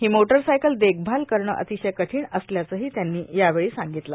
ही motorcycle देखभाल करणं अतिशय कठीण असल्याचंही त्यांनी यावेळी सांगितलं